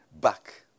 back